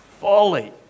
folly